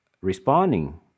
responding